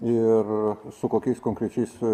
ir su kokiais konkrečiais